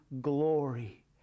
glory